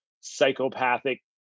psychopathic